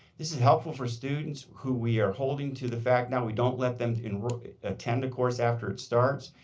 this is helpful for students who we are holding to the fact now, we don't let them and attend a course after it starts.